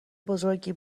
بزرگی